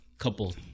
Couple